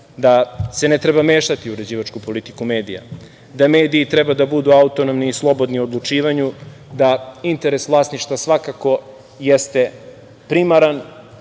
da se ne treba mešati u uređivačku politiku medija, da mediji treba da budu autonomni i slobodni u odlučivanju da interes vlasništva svakako jeste primaran